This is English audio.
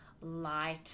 light